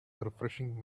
refreshing